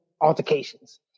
altercations